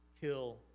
kill